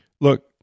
Look